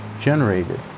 generated